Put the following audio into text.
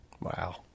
Wow